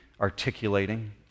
articulating